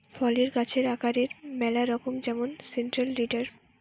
ফলের গাছের আকারের ম্যালা রকম যেমন সেন্ট্রাল লিডার